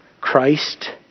Christ